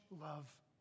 love